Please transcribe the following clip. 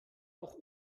auch